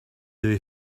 they